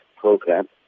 program